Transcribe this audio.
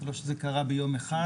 זה לא קרה ביום אחד